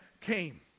came